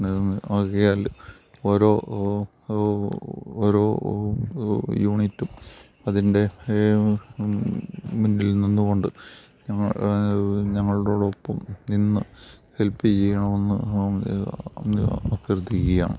ആകയാൽ ഓരോ ഓരോ യൂണിറ്റും അതിന്റെ മുന്നിൽനിന്ന്കൊണ്ട് ഞങ്ങളുടെയൊപ്പം നിന്ന് ഹെൽപ്പ് ചെയ്യണമെന്ന് അഭ്യർത്ഥിക്കുകയാണ്